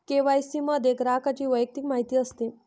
KYC मध्ये ग्राहकाची वैयक्तिक माहिती असते